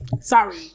sorry